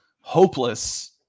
hopeless